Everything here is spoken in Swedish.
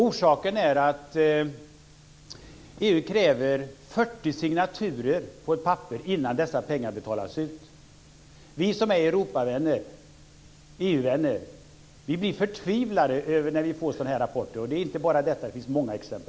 Orsaken är att EU kräver 40 signaturer på ett papper innan dessa pengar betalas ut. Vi som är Europavänner, EU-vänner, blir förtvivlade när vi får sådana här rapporter. Det gäller inte bara detta, det finns många exempel.